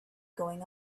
going